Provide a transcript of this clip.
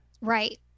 Right